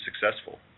successful